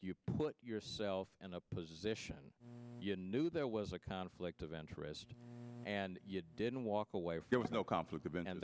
you put yourself in a position you knew there was a conflict of interest and you didn't walk away feeling no conflict even